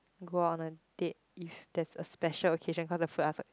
go out on a date if there's a special occasion cause the food are so